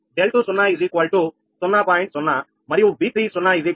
0 మరియు 𝑉30 1